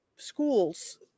schools